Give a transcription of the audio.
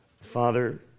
Father